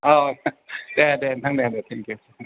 औ दे दे नोंथां दे दे थेंकइउ